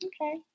Okay